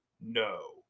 no